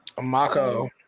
mako